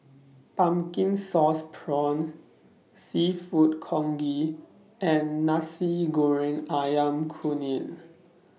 Pumpkin Sauce Prawns Seafood Congee and Nasi Goreng Ayam Kunyit